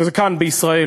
וזה כאן בישראל.